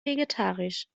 vegetarisch